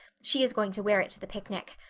she is going to wear it to the picnic.